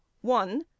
one